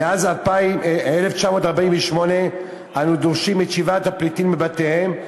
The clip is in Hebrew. מאז 1948 אנחנו דורשים את שיבת הפליטים לבתיהם,